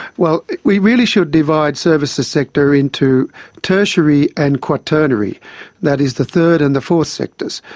well, we really should divide services sector into tertiary and quaternary that is, the third and the fourth sectors.